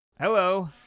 hello